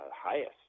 highest